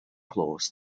claus